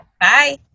bye